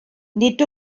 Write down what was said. nid